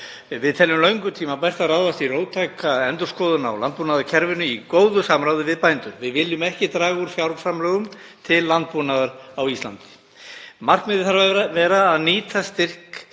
Við teljum löngu tímabært að ráðast í róttæka endurskoðun á landbúnaðarkerfinu í góðu samráði við bændur. Við viljum ekki draga úr fjárframlögum til landbúnaðar á Íslandi. Markmiðið þarf að vera að nýta styrk